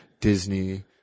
Disney